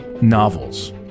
novels